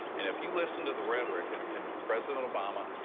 if you listen to the rhetoric and and president obama